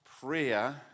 prayer